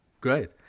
great